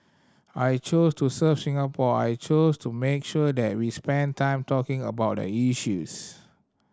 I chose to serve Singapore I chose to make sure that we spend time talking about the issues